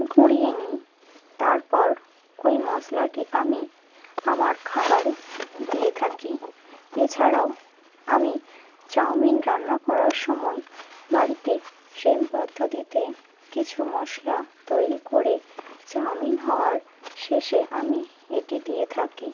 গুড়িয়ে নিই তারপর ওই মশলাটি আমি আমার খাবারে দিয়ে থাকি এছাড়াও আমি চাউমিন রান্না করার সময় বাড়িতে সেম পদ্ধতিতে কিছু মশলা তৈরি করে চাউমিন হওয়ার শেষে আমি এটি দিয়ে থাকি